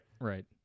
right